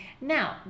Now